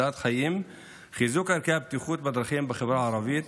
הצלת החיים וחיזוק ערכי הבטיחות בדרכים בחברה הערבית.